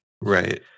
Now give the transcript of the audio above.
right